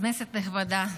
כנסת נכבדה,